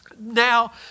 Now